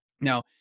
Now